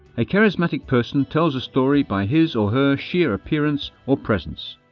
a charismatic person tells a story by his or her sheer appearance or presence.